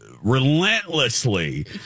relentlessly